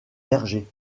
verger